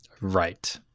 Right